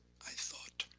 i sought.